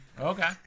Okay